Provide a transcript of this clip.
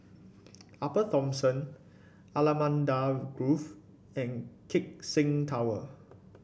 Upper Thomson Allamanda Grove and Keck Seng Tower